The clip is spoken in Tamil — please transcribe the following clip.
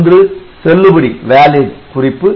ஒன்று செல்லுபடி குறிப்பு